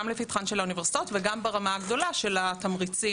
גם לפתחן של האוניברסיטאות וגם ברמה הגדולה של התמריצים,